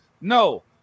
No